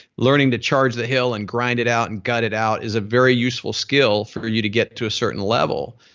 learning to charge the hill and grind it out and gut it out is a very useful skill for you to get to a certain level.